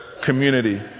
community